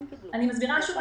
אני מסבירה שוב,